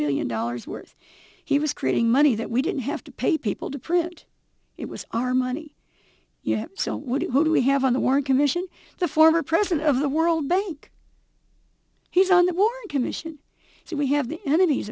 billion dollars worth he was creating money that we didn't have to pay people to print it was our money yeah so what do we have on the warren commission the former president of the world bank he's on the warren commission so we have the enemies